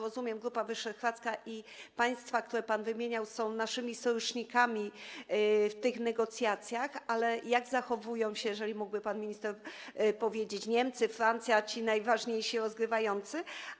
Rozumiem, że Grupa Wyszehradzka i państwa, które pan wymieniał, są naszymi sojusznikami w tych negocjacjach, ale jak zachowują się, jeżeli mógłby pan minister powiedzieć, Niemcy, Francja, ci najważniejsi rozgrywający?